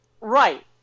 Right